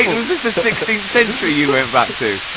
was this the sixteenth century you went back to?